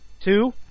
Two